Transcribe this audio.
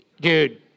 dude